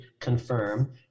confirm